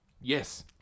yes